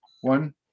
One